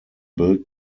built